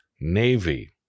Navy